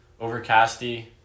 overcasty